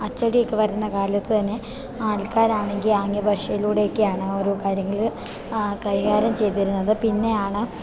അച്ചടിയൊക്കെ വരുന്ന കാലത്തുതന്നെ ആൾക്കാരാണെങ്കിൽ ആംഗ്യഭാഷയിലൂടെയൊക്കെയാണ് ഓരോ കാര്യങ്ങൾ കൈകാര്യം ചെയ്തിരുന്നത് പിന്നെയാണ്